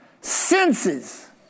Senses